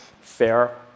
Fair